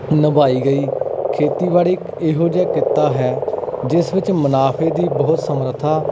ਨਿਭਾਈ ਗਈ ਖੇਤੀਬਾੜੀ ਇਕ ਇਹੋ ਜਿਹਾ ਕਿੱਤਾ ਹੈ ਜਿਸ ਵਿੱਚ ਮੁਨਾਫੇ ਦੀ ਬਹੁਤ ਸਮਰੱਥਾ